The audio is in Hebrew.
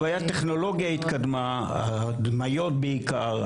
הטכנולוגיה התקדמה, ההדמיות בעיקר.